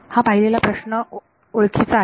हा पाहिलेला प्रश्न ओळखीचा आहे